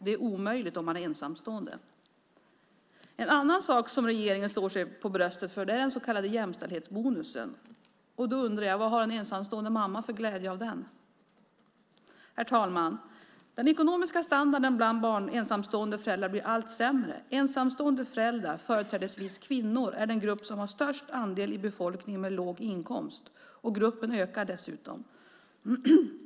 Det är omöjligt om man är ensamstående. En annan sak som regeringen slår sig på bröstet för är den så kallade jämställdhetsbonusen. Vad har en ensamstående mamma för glädje av den? Herr talman! Den ekonomiska standarden bland ensamstående föräldrar blir allt sämre. Ensamstående föräldrar, företrädesvis kvinnor, är den grupp som har störst andel i befolkningen med låg inkomst. Gruppen ökar dessutom.